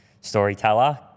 storyteller